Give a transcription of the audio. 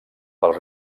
pel